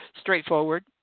straightforward